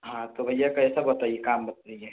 हाँ तो भैया कैसा बताइए काम बताइए